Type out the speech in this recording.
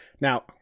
Now